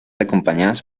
acompañadas